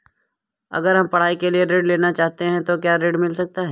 अगर हम पढ़ाई के लिए ऋण लेना चाहते हैं तो क्या ऋण मिल सकता है?